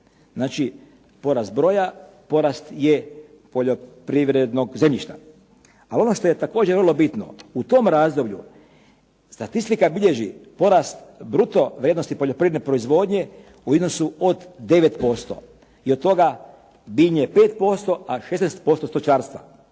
Znači, porast broja porast je poljoprivrednog zemljišta. A ono što je također vrlo bitno u tom razdoblju statistika bilježi porast bruto vrijednosti poljoprivredne proizvodnje u iznosu od 9%. I od toga bilje je 5%, a 16% stočarstva.